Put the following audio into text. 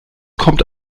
kommt